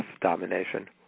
domination